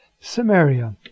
Samaria